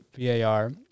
VAR